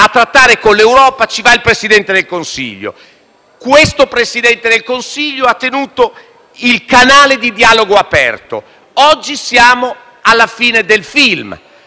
a trattare con l'Europa ci va il Presidente del Consiglio. Questo Presidente del Consiglio ha tenuto aperto il canale di dialogo. Oggi siamo alla fine del film.